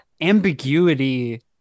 ambiguity